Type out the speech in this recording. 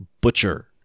butcher